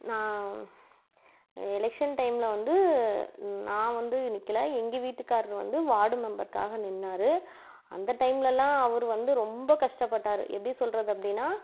நான் எலெக்ஷன் டைமில் வந்து நான் வந்து நிற்கல எங்கள் வீட்டுக்காரர் வந்து வார்டு மெம்பருக்காக நின்றாரு அந்த டைமெலலாம் அவர் வந்து ரொம்ப கஷ்டப்பட்டாரு எப்படி சொல்வது அப்படின்னா